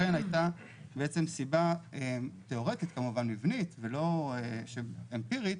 לכן הייתה סיבה תיאורטית, מבנית ולא אמפירית,